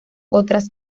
otras